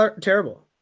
terrible